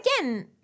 again